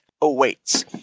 awaits